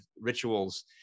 rituals